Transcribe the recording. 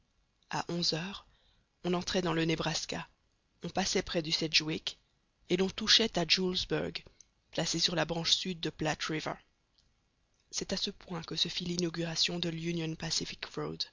a onze heures on entrait dans le nebraska on passait près du sedgwick et l'on touchait à julesburgh placé sur la branche sud de platte river c'est à ce point que se fit l'inauguration de l'union